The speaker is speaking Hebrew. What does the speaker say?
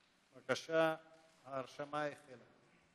בבקשה, ההרשמה החלה.